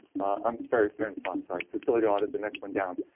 i'm very fairness farm. sorry, facility audit. the next one down.